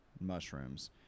mushrooms